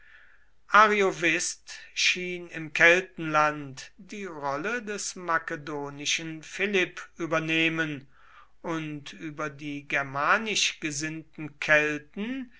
ariovist schien im keltenland die rolle des makedonischen philipp übernehmen und über die germanisch gesinnten kelten